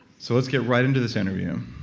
so, let's get right into this interview.